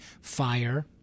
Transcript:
fire